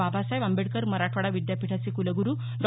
बाबासाहेब आंबेडकर मराठवाडा विद्यापीठाचे कुलगुरू डॉ